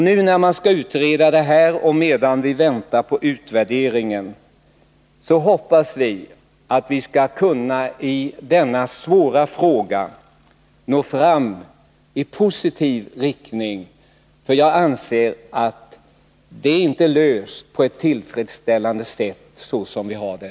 Nu skall man utreda detta, och vi väntar på utvärderingen av abortlagen. Jag hoppas att vii denna svåra fråga skall kunna gå fram i positiv riktning, för jag anser att frågan inte är löst på ett tillfredsställande sätt så som vi nu har det.